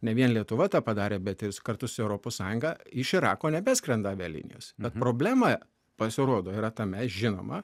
ne vien lietuva tą padarė bet ir kartu su europos sąjunga iš irako nebeskrenda avialinijos bet problema pasirodo yra tame žinoma